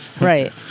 right